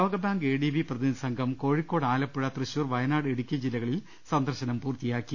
ലോകബാങ്ക് എഡിബി പ്രതിനിധി സംഘം കോഴിക്കോട് ആലപ്പുഴ തൃശൂർ വയനാട് ഇടുക്കി ജില്ലകളിൽ സന്ദർശനം പൂർത്തിയാക്കി